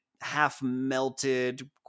half-melted